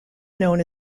known